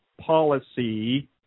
policy